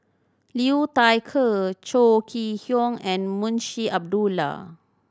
Liu Thai Ker Chong Kee Hiong and Munshi Abdullah